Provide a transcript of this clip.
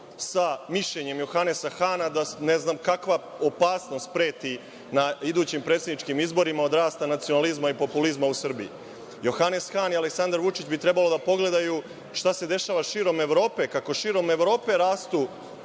sa mišljenjem Johanesa Hana da ne znam kakva opasnost preti na idućim predsedničkim izborima od rasta nacionalizma i populizma u Srbiji. Johanes Han i Aleksandar Vučić bi trebalo da pogledaju šta se dešava širom Evrope, kako širom Evrope rastu